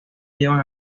llevan